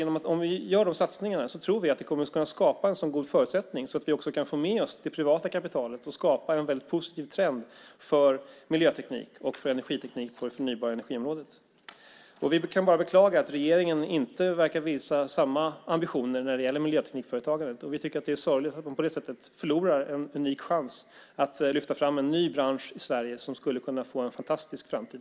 Om vi gör de satsningarna tror vi att vi tillsammans kan skapa så goda förutsättningar att vi kan få med oss det privata kapitalet och skapa en positiv trend för miljö och energiteknik på det förnybara energiområdet. Vi kan bara beklaga att regeringen inte verkar visa samma ambitioner när det gäller miljöteknikföretag. Vi tycker att det är sorgligt att de på det sättet förlorar en unik chans att lyfta fram en ny bransch i Sverige som skulle kunna få en fantastisk framtid.